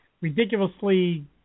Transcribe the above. ridiculously